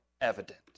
evident